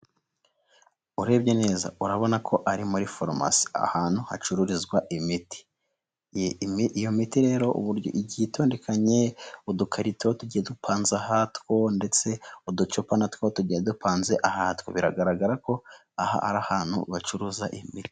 Urebye neza urabona ko ari muri forumasi, ahantu hacururizwa imiti. Iyo miti rero igiye itondekanye. Udukarito tugiye dupanze ahatwo ndetse uducupa natwo tugiye dupanze ahatwo. Biragaragara ko aha ari ahantu bacuruza imiti.